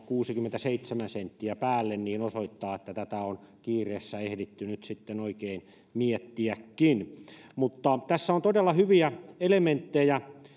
kuusikymmentäseitsemän senttiä päälle osoittaa että tätä on kiireessä ehditty nyt sitten oikein miettiäkin tässä on todella hyviä elementtejä